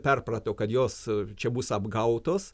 perprato kad jos čia bus apgautos